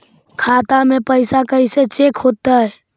खाता में पैसा कैसे चेक हो तै?